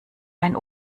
ein